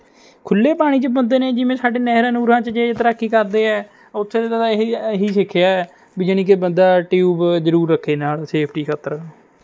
ਖੁੱਲੇ ਪਾਣੀ 'ਚ ਬੰਦੇ ਨੇ ਜਿਵੇਂ ਸਾਡੇ ਨਹਿਰਾਂ ਨਹੂਰਾਂ 'ਚ ਜੇ ਤੈਰਾਕੀ ਕਰਦੇ ਹੈ ਉੱਥੇ ਤਾਂ ਇਹ ਇਹੀ ਸਿੱਖਿਆ ਵੀ ਜਾਨੀ ਕਿ ਬੰਦਾ ਟਿਊਬ ਜ਼ਰੂਰ ਰੱਖੇ ਨਾਲ ਸੇਫਟੀ ਖਾਤਰ